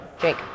Jake